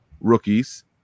rookies